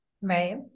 Right